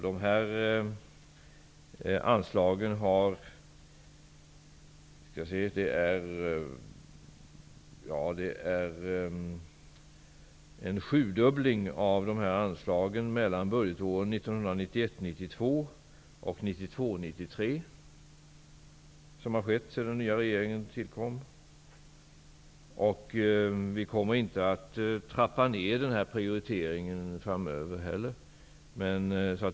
Det har skett en sjudubbling av dessa anslag mellan budgetåren 1991 93 sedan den nya regeringen tillträdde. Vi kommer inte att trappa ner denna prioritering framöver.